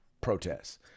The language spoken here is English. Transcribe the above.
protests